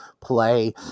play